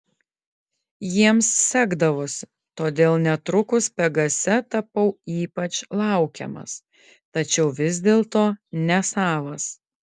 jiems sekdavosi todėl netrukus pegase tapau ypač laukiamas tačiau vis dėlto nesavas